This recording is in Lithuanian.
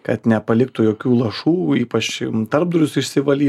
kad nepaliktų jokių lašų ypač tarpdurius išsivalytų kad prasipūstų